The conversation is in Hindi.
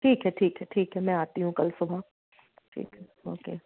ठीक है ठीक है ठीक है मैं आती हूँ कल सुबह ठीक है ओके